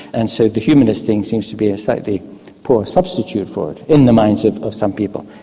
and so the humanist thing seems to be a slightly poor substitute for it in the minds of of some people.